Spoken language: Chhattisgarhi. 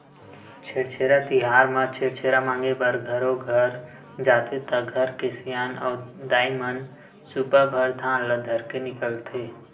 छेरछेरा तिहार म छेरछेरा मांगे बर घरो घर जाथे त घर के सियान अऊ दाईमन सुपा भर धान ल धरके निकलथे